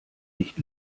nicht